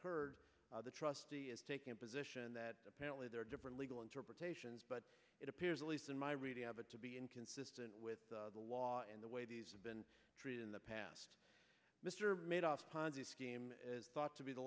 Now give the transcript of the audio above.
heard the trustee is taking a position that apparently there are different legal interpretations but it appears at least in my reading of it to be inconsistent with the law and the way these have been treated in the past mr made off ponzi scheme as thought to be the